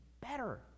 better